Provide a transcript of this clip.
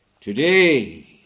Today